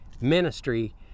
ministry